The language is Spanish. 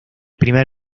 primer